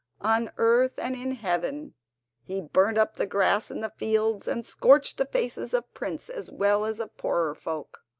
on earth and in heaven he burnt up the grass in the fields and scorched the faces of princes as well as of poorer folk.